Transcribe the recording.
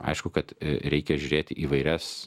aišku kad reikia žiūrėti įvairias